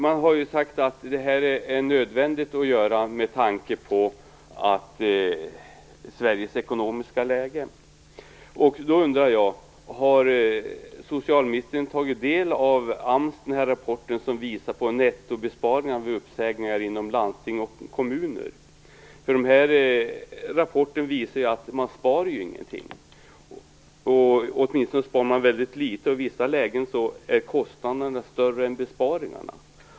Man har sagt att det här är nödvändigt att göra med tanke på Sveriges ekonomiska läge. Då undrar jag: Har socialministern tagit del av AMS rapport om en nettobesparing vid uppsägning inom landsting och kommuner? Den visar att man inte sparar någonting eller åtminstone väldigt litet. I vissa lägen är kostnaderna större än besparingarna.